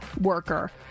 worker